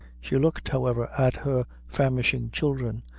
she looked, however, at her famishing children,